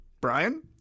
brian